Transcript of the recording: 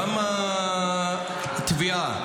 גם התביעה,